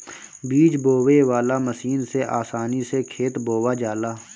बीज बोवे वाला मशीन से आसानी से खेत बोवा जाला